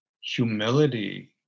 humility